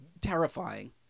terrifying